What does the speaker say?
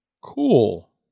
Cool